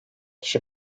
kişi